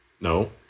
No